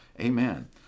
Amen